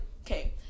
okay